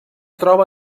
troba